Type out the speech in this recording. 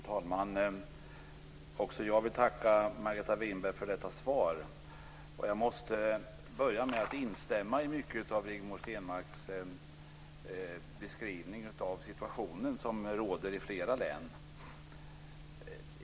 Fru talman! Också jag vill tacka Margareta Winberg för detta svar. Jag måste börja med att instämma i mycket av Rigmor Stenmarks beskrivning av den situation som råder i flera län.